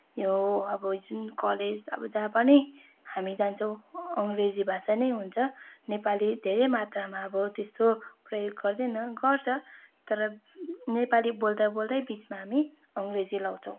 अब यो जुन कलेज अब जहाँ पनि हामी जान्छौँ अङ्ग्रेजी भाषा नै हुन्छ नेपाली धेरै मात्रामा अब त्यस्तो प्रयोग गर्दैन गर्छ तर नेपाली बोल्दाबोल्दै बिचमा हामी अङ्ग्रेजी लगाउँछौँ